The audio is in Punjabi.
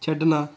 ਛੱਡਣਾ